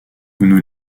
nous